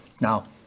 Now